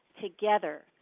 together